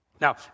Now